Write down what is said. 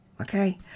okay